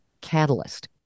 catalyst